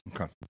Okay